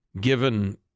given